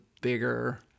bigger